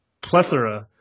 plethora